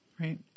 Right